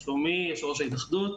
לשלומי יושב ראש ההתאחדות.